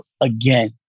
again